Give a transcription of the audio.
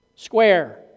Square